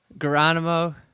Geronimo